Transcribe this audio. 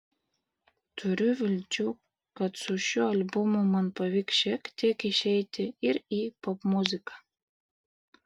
turiu vilčių kad su šiuo albumu man pavyks šiek tiek išeiti ir į popmuziką